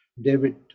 David